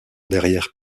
derrière